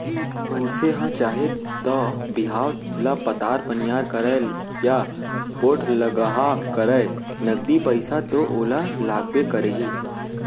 मनसे ह चाहे तौ बिहाव ल पातर पनियर करय या पोठलगहा करय नगदी पइसा तो ओला लागबे करही